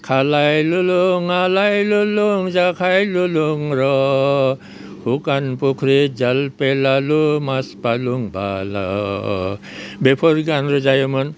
बेफोर गान रोजाबोमोन